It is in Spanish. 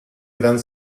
gran